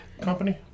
company